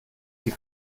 die